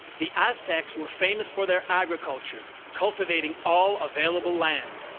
the aztecs were famous for their agriculture, cultivating all available land,